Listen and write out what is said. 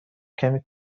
کمی